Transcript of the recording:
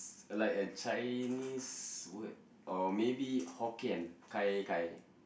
like a Chinese word or maybe Hokkien gai-gai